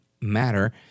matter